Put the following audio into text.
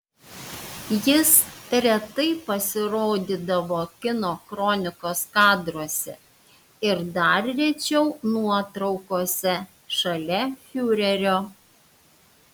jis retai pasirodydavo kino kronikos kadruose ir dar rečiau nuotraukose šalia fiurerio